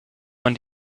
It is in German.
man